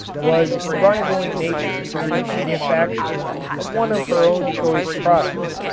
was in rivaling nature in the manufacture of one of her own choice products.